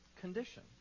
condition